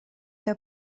tev